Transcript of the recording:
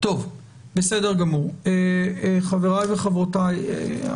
חבריי וחברותיי,